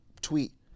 tweet